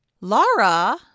Laura